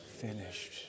finished